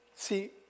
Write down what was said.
See